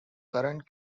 current